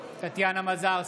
מזרסקי,